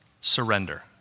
surrender